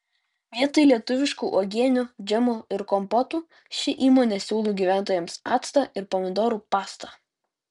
vietoj lietuviškų uogienių džemų ir kompotų ši įmonė siūlo gyventojams actą ir pomidorų pastą